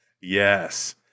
Yes